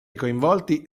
coinvolti